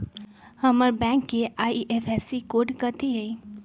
हमर बैंक के IFSC code कथि हई?